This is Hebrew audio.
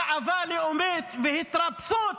גאווה לאומית והתרפסות